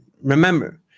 Remember